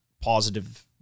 positive